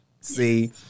See